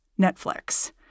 Netflix